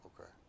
Okay